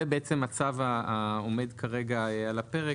זה בעצם הצו העומד כרגע על הפרק,